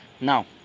Now